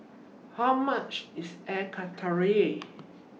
How much IS Air Karthira